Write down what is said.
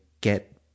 get